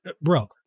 bro